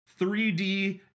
3D